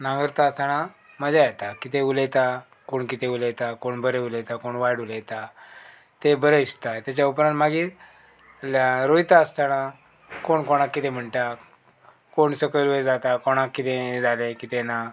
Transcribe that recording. नांगरता आसतना मजा येता कितें उलयता कोण कितें उलयता कोण बरें उलयता कोण वायट उलयता तें बरें दिसता तेच्या उपरांत मागीर रोयता आसतना कोण कोणाक कितें म्हणटा कोण सकयल वयर जाता कोणाक कितें जालें कितें ना